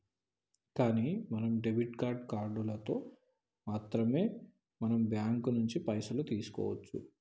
కానీ మనం డెబిట్ కార్డులతో మాత్రమే మన బ్యాంకు నుంచి పైసలు తీసుకోవచ్చు